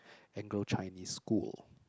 Anglo-Chinese School